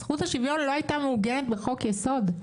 זכות השוויון לא הייתה מוגנת בחוק יסוד,